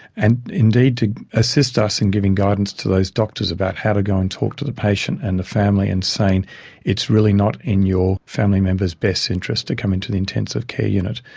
and indeed to assist us in giving guidance to those doctors about how to go and talk to the patient and the family and saying it's really not in your family member's best interest to come into the intensive care unit.